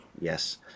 yes